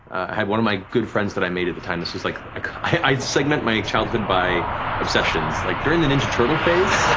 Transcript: had one of my good friends that i made at the time, this was, like i segment my childhood by obsessions, like during the ninja turtle phase,